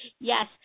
Yes